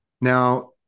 Now